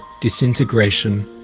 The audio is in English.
disintegration